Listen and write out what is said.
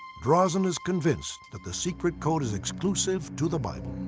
drosnin is convinced that the secret code is exclusive to the bible.